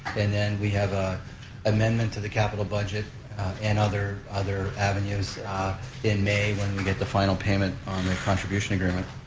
and then we have a amendment to the capital budget and other other avenues in may when we get the final payment on the contribution agreement.